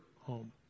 home